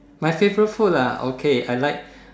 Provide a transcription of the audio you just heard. my favorite food ah okay I like